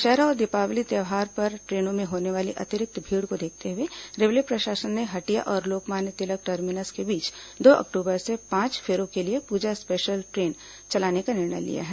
दशहरा और दीपावली त्यौहार पर ट्रेनों में होने वाली अतिरिक्त भीड को देखते हुए रेलवे प्रशासन ने हटिया और लोकमान्य तिलक टर्मिनस के बीच दो अक्टूबर से पांच फेरों के लिए पूजा स्पेशल ट्रेन चलाने का निर्णय लिया है